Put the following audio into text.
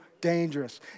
dangerous